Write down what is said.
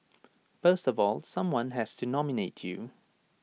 first of all someone has to nominate you